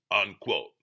unquote